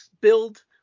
build